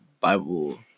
Bible